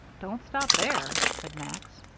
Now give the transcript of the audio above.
don't stop there, said max.